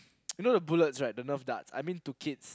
you know the bullets right the Nerf darts I mean to kids